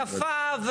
יפה,